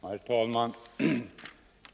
Herr talman!